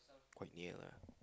quite near lah